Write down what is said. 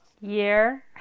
year